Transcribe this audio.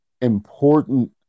important